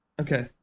Okay